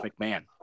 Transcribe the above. McMahon